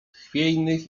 chwiejnych